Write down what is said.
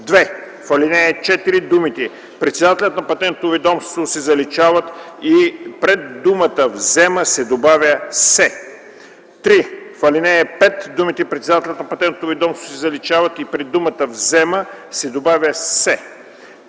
2. В ал. 4 думите „председателят на Патентното ведомство” се заличават и пред думата „взема” се добавя „се”. 3. В ал. 5 думите „председателят на Патентното ведомство” се заличават и пред думата „взема” се добавя